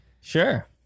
Sure